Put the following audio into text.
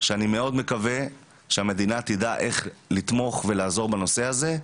שאני מאוד מקווה שהמדינה תדע איך לתמוך ולעזור בנושא הזה.